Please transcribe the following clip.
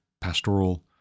pastoral